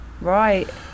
Right